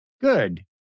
Good